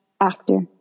actor